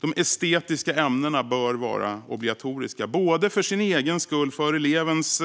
De estetiska ämnena bör vara obligatoriska, för deras egen skull, för elevernas